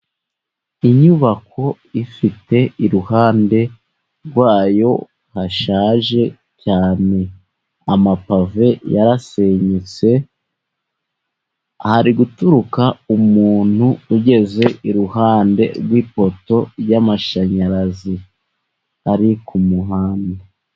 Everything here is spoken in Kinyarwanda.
Inyubako ifite iruhande rwayo hashaje cyane, amapave yarasenyutse, hari guturuka umuntu, ugeze iruhande rw'ipoto y'amashanyarazi, ari ku muhanda.